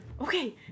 okay